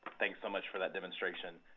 thanks so much for that demonstration.